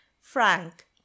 Frank